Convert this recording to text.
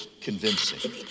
convincing